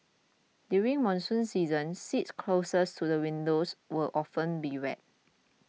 during monsoon season seats closest to the windows would often be wet